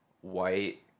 white